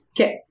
Okay